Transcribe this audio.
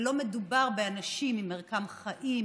ולא מדובר באנשים עם מרקם חיים,